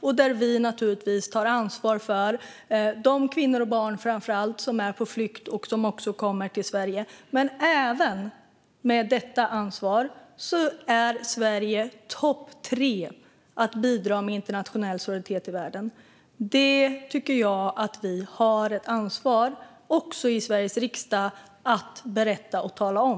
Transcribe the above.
Där tar vi naturligtvis ansvar för de kvinnor och barn, framför allt, som är på flykt och som kommer till Sverige. Även med detta ansvar är Sverige topp tre när det gäller att bidra med internationell solidaritet i världen. Detta tycker jag att vi, också i Sveriges riksdag, har ett ansvar för att berätta och tala om.